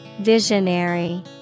Visionary